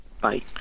Bye